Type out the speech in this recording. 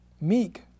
meek